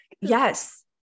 Yes